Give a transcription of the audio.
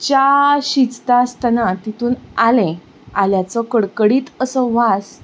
च्या शिजता आसतना तितून आलें आल्याचो कडकडीत असो वास